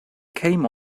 came